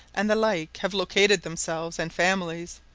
and the like, have located themselves and families.